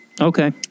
okay